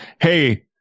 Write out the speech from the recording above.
hey